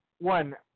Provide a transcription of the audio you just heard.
one